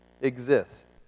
exist